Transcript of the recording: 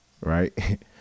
right